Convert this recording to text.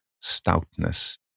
Stoutness